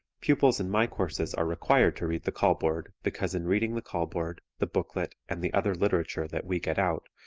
pupils in my courses are required to read the call-board because in reading the call-board, the booklet and the other literature that we get out,